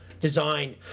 designed